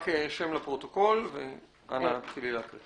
הגדרות